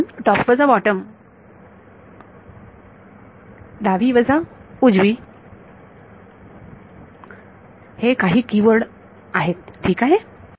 म्हणून टॉप वजा बॉटम डावी वजा उजवी हे काही की वर्ड आहेत ठीक आहे